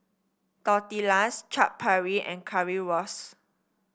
Tortillas Chaat Papri and Currywurst